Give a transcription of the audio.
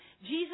Jesus